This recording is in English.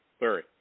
Larry